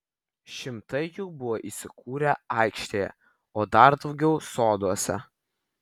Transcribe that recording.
šimtai jų buvo įsikūrę aikštėje o dar daugiau soduose